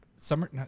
Summer